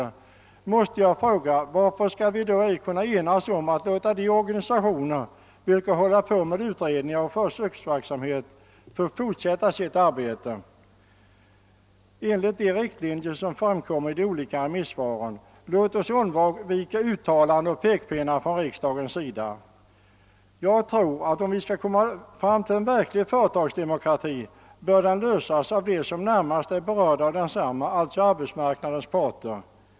Jag måste fråga: Varför skall vi då inte kunna enas om att låta de organisationer, som håller på med utredningar och försöksverksamhet, få fortsätta sitt arbete enligt de riktlinjer som lämnas i de olika remissvaren? Låt oss undvika uttalanden och pekpinnar från riksdagens sida! Om vi skall komma fram till en verklig företagsdemokrati, bör problemet lösas av dem som närmast är berörda, alltså arbetsmarknadens parter.